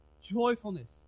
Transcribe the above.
joyfulness